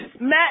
Matt